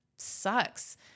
sucks